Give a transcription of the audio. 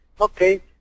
Okay